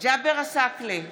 ג'אבר עסאקלה,